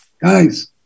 Guys